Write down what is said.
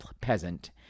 peasant